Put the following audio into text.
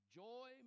joy